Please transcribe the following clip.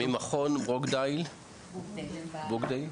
עיריות.